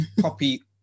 copy